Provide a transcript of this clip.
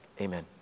Amen